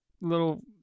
little